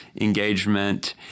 engagement